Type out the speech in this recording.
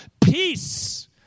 Peace